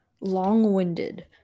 long-winded